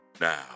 now